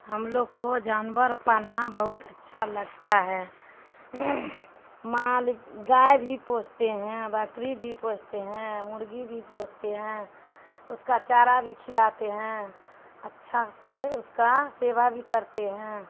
ہم لوگ کو جانور پالنا بہت اچھا لگتا ہے مال گائے بھی پوستے ہیں بکری بھی پوستے ہیں مرغی بھی پوستے ہیں اس کا چارا بھی کھلاتے ہیں اچھا سے اس کا سیوا بھی کرتے ہیں